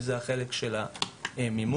החלק של המימון.